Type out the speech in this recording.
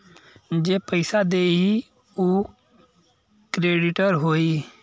जे पइसा देई उ क्रेडिटर होई